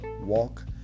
walk